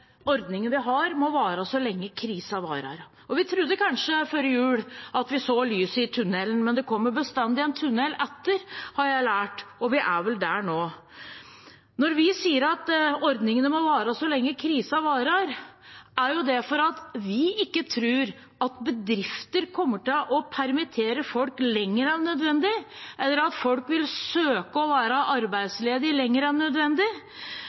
vi har, må vare så lenge krisen varer. Vi trodde kanskje før jul at vi så lyset i tunnelen, men det kommer bestandig en tunnel etter, har jeg lært, og vi er vel der nå. Når vi sier at ordningene må vare så lenge krisen varer, er det ikke fordi vi tror at bedrifter kommer til å permittere folk lenger enn nødvendig, eller at folk vil søke å være arbeidsledig lenger enn nødvendig,